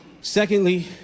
Secondly